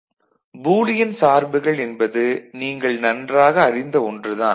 y Boolean சார்புகள் என்பது நீங்கள் நன்றாக அறிந்த ஒன்று தான்